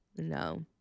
No